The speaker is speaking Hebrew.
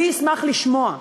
אשמח לשמוע.